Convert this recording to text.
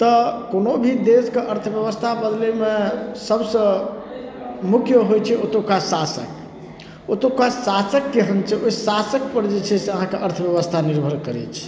तऽ कोनो भी देशके अर्थब्यवस्था बदलै मे सभसँ मुख्य होइ छै ओतुका शासक ओतुका शासक केहन छै ओहि शासक पर जे छै से अहाँके अर्थब्यवस्था निर्भर करै छै